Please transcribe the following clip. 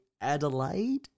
Adelaide